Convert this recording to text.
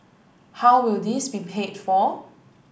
how will this be paid for